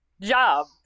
job